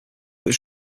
was